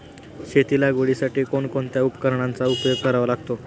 शेती लागवडीसाठी कोणकोणत्या उपकरणांचा उपयोग करावा लागतो?